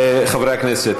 חברי הכנסת,